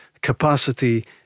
capacity